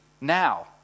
now